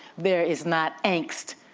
there is not angst